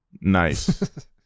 Nice